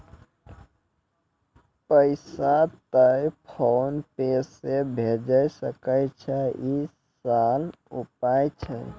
पैसा तोय PhonePe से भैजै सकै छौ? ई सरल उपाय छै?